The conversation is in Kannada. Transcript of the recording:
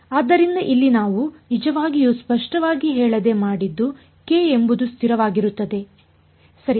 ಆದ್ದರಿಂದ ಇಲ್ಲಿ ನಾವು ನಿಜವಾಗಿಯೂ ಸ್ಪಷ್ಟವಾಗಿ ಹೇಳದೆ ಮಾಡಿದ್ದು ಕೆ ಎಂಬುದು ಸ್ಥಿರವಾಗಿರುತ್ತದೆ ಸರಿ